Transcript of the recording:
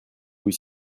vous